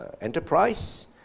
enterprise